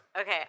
okay